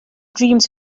dreams